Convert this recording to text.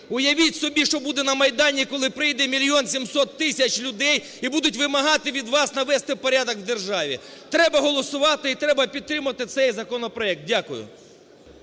У явіть собі, що буде на Майдані, коли прийде 1 мільйон 700 тисяч людей і будуть вимагати від вас навести порядок в державі, треба голосувати і треба підтримати цей законопроект. Дякую.